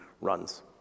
runs